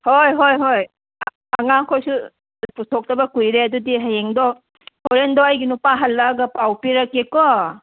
ꯍꯣꯏ ꯍꯣꯏ ꯍꯣꯏ ꯑꯉꯥꯡ ꯈꯣꯏꯁꯨ ꯄꯨꯊꯣꯛꯇꯕ ꯀꯨꯏꯔꯦ ꯑꯗꯨꯗꯤ ꯍꯌꯦꯡꯗꯣ ꯍꯣꯔꯦꯟꯗꯣ ꯑꯩꯒꯤ ꯅꯨꯄꯥ ꯍꯜꯂꯛꯑꯒ ꯄꯥꯎ ꯄꯤꯔꯛꯀꯦꯀꯣ